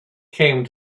came